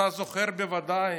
אתה זוכר בוודאי